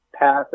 path